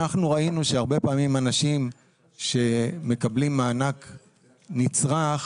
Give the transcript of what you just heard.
ראינו שהרבה פעמים אנשים שמקבלים מענק נצרך,